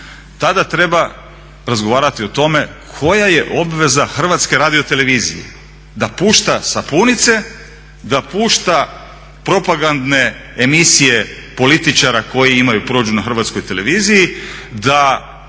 Tada treba razgovarati o tome koja je obveza HRT-a da pušta sapunice, da pušta propagandne emisije političara koji imaju, prođu na Hrvatskoj televiziji da